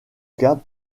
cas